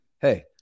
hey